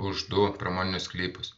už du pramoninius sklypus